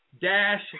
Dash